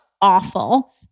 awful